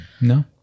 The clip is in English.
No